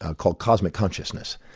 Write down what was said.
ah called cosmic consciousness,